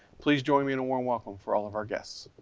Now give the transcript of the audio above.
please join me in a warm welcome for all of our guests.